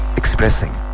expressing